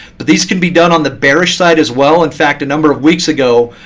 but these can be done on the bearish side as well. in fact, a number of weeks ago,